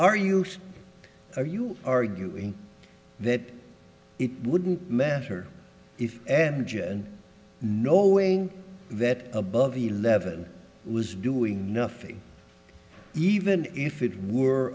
are you are you arguing that it wouldn't matter if average and knowing that above eleven was doing nothing even if it were